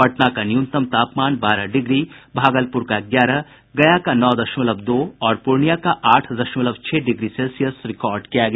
पटना का न्यूनतम तापमान बारह डिग्री भागलपुर का ग्यारह गया का नौ दशमलव दो और पूर्णियां का आठ दशमलव छह डिग्री सेल्सियस रिकॉर्ड किया गया